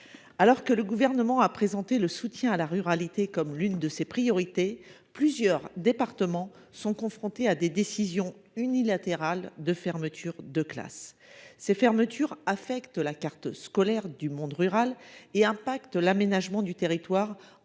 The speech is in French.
Alors que le gouvernement a présenté le soutien à la ruralité comme l'une de ses priorités. Plusieurs départements sont confrontés à des décisions unilatérales de fermetures de classes. Ces fermetures affectent de la carte scolaire du monde rural et pacte l'aménagement du territoire,